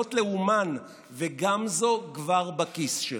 הנסיעות לאומן, וגמזו כבר בכיס שלו.